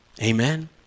Amen